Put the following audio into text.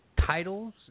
titles